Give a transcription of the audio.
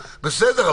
בסדר,